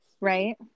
right